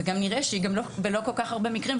ולא כל כך הרבה מקרים,